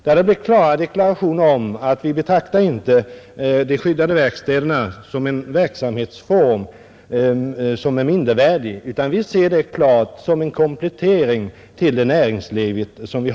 Där har det klart deklarerats att man inte betraktar de skyddade verkstäderna som en mindervärdig verksamhetsform utan som en komplettering till näringslivet på orten.